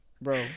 Bro